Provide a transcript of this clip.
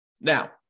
Now